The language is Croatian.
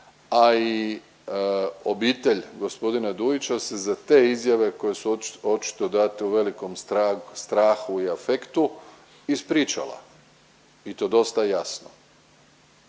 a i obitelj g. Dujića se za te izjave koje su očito date u velikom strahu i afektu, ispričala i to dosta jasno.